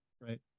right